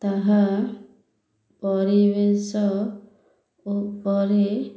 ତାହା ପରିବେଶ ଉପରେ